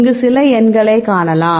இங்கு சில எண்களை காணலாம்